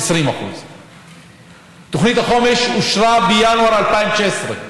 20%. תוכנית החומש אושרה בינואר 2016,